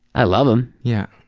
i love him. yeah